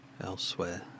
elsewhere